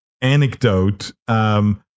anecdote